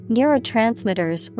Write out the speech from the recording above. Neurotransmitters